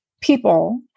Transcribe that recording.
people